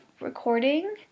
recording